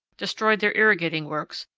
destroyed their irrigating works,